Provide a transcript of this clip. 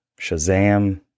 Shazam